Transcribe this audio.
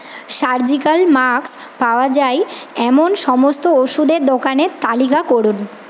surgical mask পাওয়া যায় এমন সমস্ত ওষুধের দোকানের তালিকা করুন